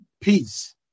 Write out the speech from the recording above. peace